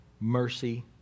mercy